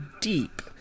deep